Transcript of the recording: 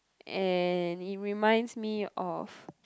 and it reminds me of